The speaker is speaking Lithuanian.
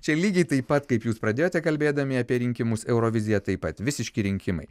čia lygiai taip pat kaip jūs pradėjote kalbėdami apie rinkimus eurovizija taip pat visiški rinkimai